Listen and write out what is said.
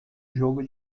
jogo